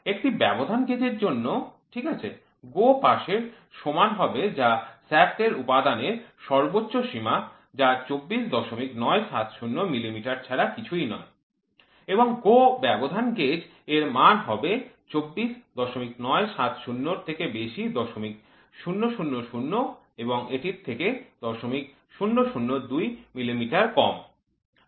একটি ব্যবধান গেজ এর জন্য ঠিক আছে GO পাশের সমান হবে যা শ্যাফ্ট এর উপাদানের সর্বোচ্চ সীমা যা ২৪৯৭০ মিলিমিটার ছাড়া কিছুই নয় এবং GO ব্যবধান গেজ এর মান হবে ২৪৯৭০ এর থেকে ০০০০ বেশি এবং এটির থেকে ০০০২ মিলিমিটার কম